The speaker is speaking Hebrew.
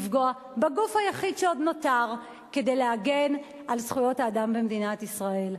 לפגוע בגוף היחיד שעוד נותר כדי להגן על זכויות האדם במדינת ישראל.